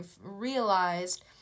realized